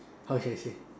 how should I say